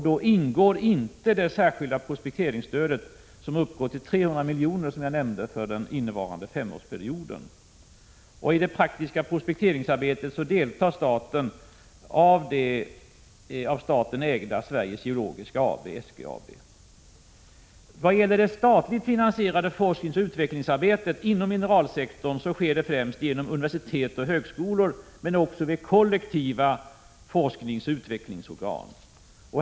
Då ingår inte det särskilda prospekteringsstödet som jag nämnde uppgår till 300 miljoner för den innevarande femårsperioden. I det praktiska prospekteringsarbetet deltar staten genom det av staten ägda Sveriges Geologiska AB, SGAB. Det statligt finansierade forskningsoch utvecklingsarbetet inom mineralsektorn sker främst genom universitet och högskolor, men också genom kollektiva forskningsoch utvecklingsorgan.